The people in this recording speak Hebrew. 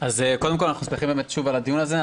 אז קודם כול, אנחנו שמחים באמת שוב על הדיון הזה.